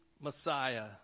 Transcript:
Messiah